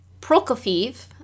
Prokofiev